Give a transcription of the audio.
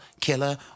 Killer